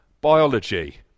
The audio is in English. biology